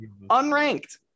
unranked